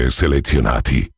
selezionati